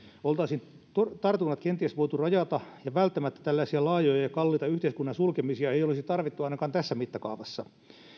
oltaisiin tartunnat kenties voitu rajata ja tällaisia laajoja ja kalliita yhteiskunnan sulkemisia ei olisi välttämättä tarvittu ainakaan tässä mittakaavassa